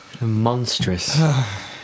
monstrous